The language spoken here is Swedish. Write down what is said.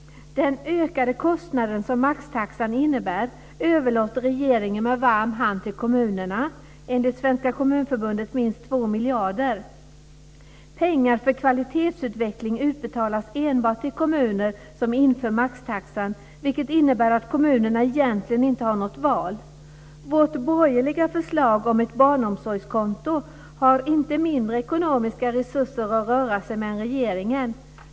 Den ökade kostnaden, som maxtaxan innebär, överlåter regeringen med varm hand till kommunerna. Enligt Svenska Kommunförbundet är det minst 2 miljarder. Pengar för kvalitetsutveckling utbetalas enbart till kommuner som inför maxtaxan, vilket innebär att kommunerna egentligen inte har något val. När det gäller vårt borgerliga förslag om ett barnomsorgskonto har man inte mindre ekonomiska resurser att röra sig med än regeringen.